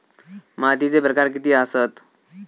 मातीचे प्रकार किती आसत?